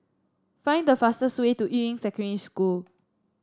find the fastest way to Yuying Secondary School